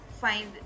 find